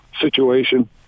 situation